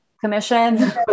commission